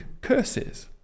curses